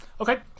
Okay